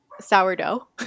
sourdough